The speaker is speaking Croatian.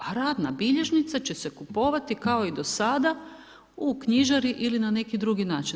A radna bilježnica će se kupovati kao i do sada u knjižari ili na neki drugi način.